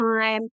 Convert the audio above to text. time